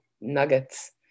nuggets